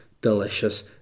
delicious